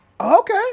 Okay